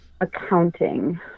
accounting